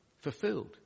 fulfilled